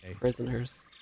prisoners